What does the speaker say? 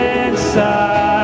inside